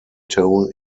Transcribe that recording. tone